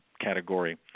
category